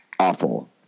awful